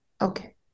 okay